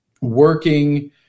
working